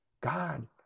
God